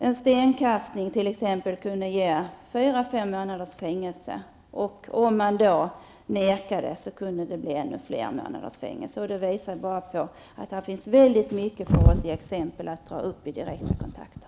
En stenkastning kunde t.ex. ge fyra, fem månaders fängelse, och om man nekade kunde det bli ännu fler månader i fängelse. Detta visar på att det finns många exempel som vi kan ta upp i direkta kontakter.